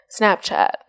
Snapchat